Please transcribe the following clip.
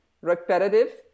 repetitive